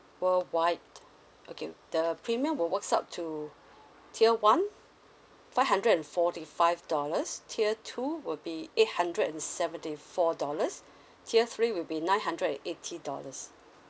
worldwide okay the premium will works out to tier one five hundred and forty five dollars tier two will be eight hundred and seventy four dollars tier three will be nine hundred and eighty dollars